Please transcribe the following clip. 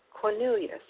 Cornelius